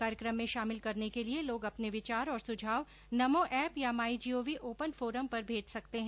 कार्यक्रम में शामिल करने के लिए लोग अपने विचार और सुझाव नमो एप या माई जीओवी ओपन फोरम पर भेज सकते हैं